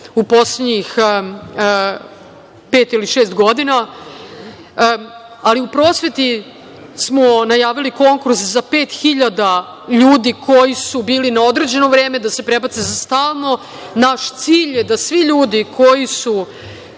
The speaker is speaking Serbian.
u poslednjih pet ili šest godina, ali u prosveti smo najavili konkurs za 5.000 ljudi koji su bili na određeno vreme da se prebace za stalno. Naš cilj je da svi ljudi koji su